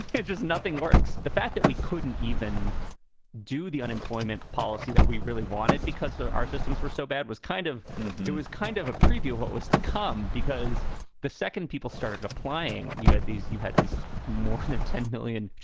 it just nothing works. the fact that we couldn't even do the unemployment policy that we really wanted because our systems were so bad was kind of it was kind of a preview of what was to come because the second people started applying. you had these you had these more than ten million,